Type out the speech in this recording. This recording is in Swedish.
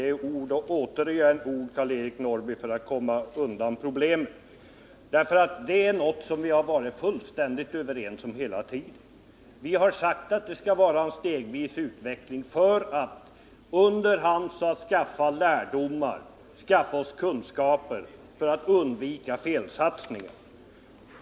Det är ord ochåter ord, Karl-Eric Norrby, för att komma undan problemen. Detta är ju något som vi varit fullständigt överens om hela tiden. Vi har sagt att det skall vara en stegvis utveckling som under hand ger lärdomar och kunskaper för att undvika felsatsningar.